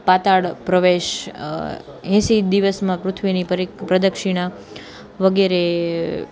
પાતાળ પ્રવેશ એસી દિવસમાં પૃથ્વીની પ્રદક્ષિણા વગેરે